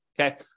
okay